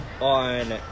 on